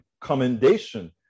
commendation